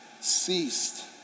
ceased